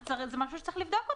זה משהו שצריך לבדוק אותו.